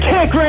Kick